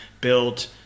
build